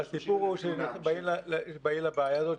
30,000 דונם --- הסיפור הוא שבאים לבעיה הזאת,